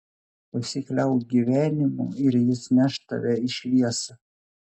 pasikliauk gyvenimu ir jis neš tave į šviesą